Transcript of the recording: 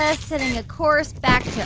ah setting a course back to